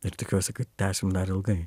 ir tikiuosi kad tęsim dar ilgai